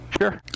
Sure